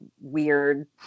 weird